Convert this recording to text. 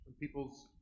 People's